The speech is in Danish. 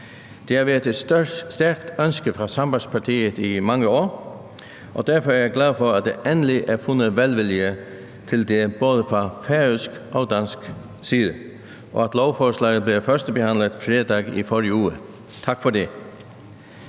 Det har været et stærkt ønske fra Sambandspartiets side i mange år, og derfor er jeg glad for, at der endelig er fundet velvilje til at gøre det, både fra færøsk og dansk side, og at lovforslaget blev førstebehandlet fredag i forrige uge. Tak for det.